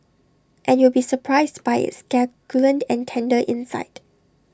and you'll be surprised by its succulent and tender inside